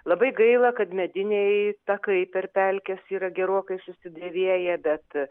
labai gaila kad mediniai takai per pelkes yra gerokai susidėvėję bet